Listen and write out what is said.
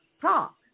talk